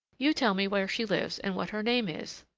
you tell me where she lives and what her name is.